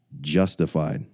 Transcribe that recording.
Justified